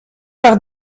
par